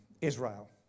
Israel